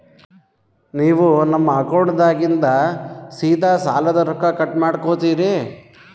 ನೀವು ನಮ್ಮ ಅಕೌಂಟದಾಗಿಂದ ಸೀದಾ ಸಾಲದ ರೊಕ್ಕ ಕಟ್ ಮಾಡ್ಕೋತೀರಿ?